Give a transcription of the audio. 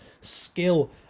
skill